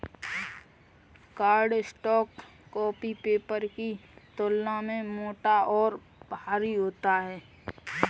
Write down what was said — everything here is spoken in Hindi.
कार्डस्टॉक कॉपी पेपर की तुलना में मोटा और भारी होता है